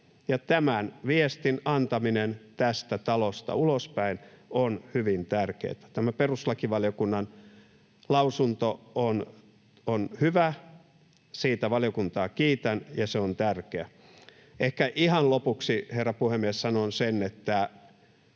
Tämän viestin antaminen tästä talosta ulospäin on hyvin tärkeätä. Tämä perustuslakivaliokunnan lausunto on hyvä, siitä valiokuntaa kiitän, ja se on tärkeä. Ehkä ihan lopuksi, herra puhemies, siitä, onko